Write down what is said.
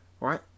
right